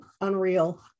unreal